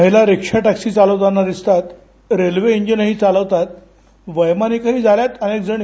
महिला rickshaw taxi चालवताना दिसतात रेल्वे शिजनही चालवतात वैमानिकही झाल्यात अनेक जणी